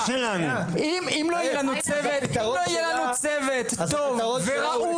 אם לא יהיה לנו צוות טוב וראוי.